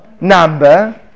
number